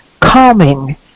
calming